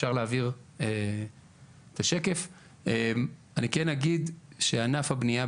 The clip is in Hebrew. אני כן אגיד שענף הבניה,